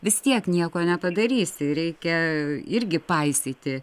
vis tiek nieko nepadarysi reikia irgi paisyti